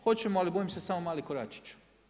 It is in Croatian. Hoćemo, ali bojim se samo mali koračić.